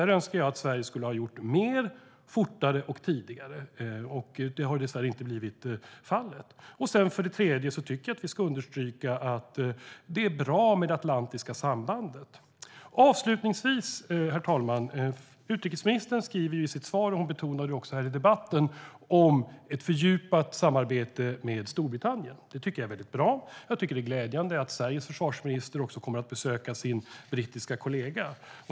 Där önskar jag att Sverige skulle ha gjort mer både fortare och tidigare. Så har dessvärre inte blivit fallet. För det tredje tycker jag att vi ska understryka att det är bra med det atlantiska sambandet. Herr talman! Utrikesministern skriver i sitt svar - och hon betonade det också här i debatten - om ett fördjupat samarbete med Storbritannien. Det tycker jag är bra. Jag tycker att det är glädjande att Sveriges försvarsminister också kommer att besöka sin brittiska kollega.